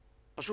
השטח.